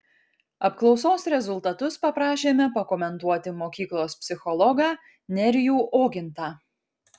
apklausos rezultatus paprašėme pakomentuoti mokyklos psichologą nerijų ogintą